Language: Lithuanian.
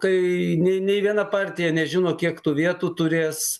kai nei nei viena partija nežino kiek tų vietų turės